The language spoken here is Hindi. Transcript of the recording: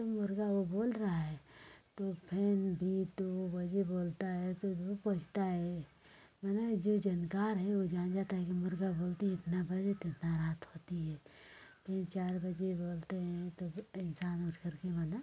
मुर्गा वो बोल रहा है तो फिर भी दो बजे बोलता है तो दो बजता है माने जो जानकार है वो जान जाता है कि मुर्गा बोलती है इतना बजे तो इतना रात होती है फिर चार बजे बोलते हैं तो फि इंसान उठकर के माने